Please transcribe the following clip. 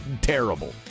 terrible